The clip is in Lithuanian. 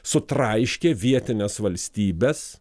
sutraiškė vietines valstybes